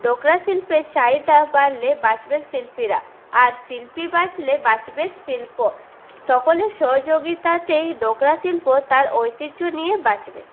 ডোকরা শিল্পের চাহিদা বাড়লে বাঁচবে শিল্পীরা আর শিল্পী বাঁচলে বাঁচবে শিল্প সকলের সহযোগিতাতেই ডোকরা শিল্প তার ঐতিহ্য নিয়ে বাঁচবে